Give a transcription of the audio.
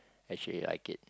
actually like it